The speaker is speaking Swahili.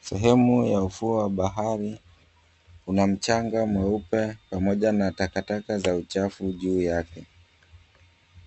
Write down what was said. Sehemu ya ufuo wa bahari una mchanga mweupe, pamoja na uchafu za takataka juu yake.